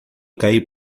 cair